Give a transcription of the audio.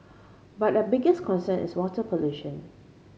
but the biggest concern is water pollution